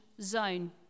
zone